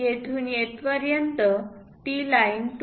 येथून येथपर्यंत ती लाईन 2